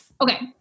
Okay